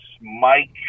Mike